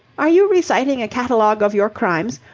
are you reciting a catalogue of your crimes,